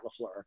LaFleur